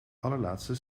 allerlaatste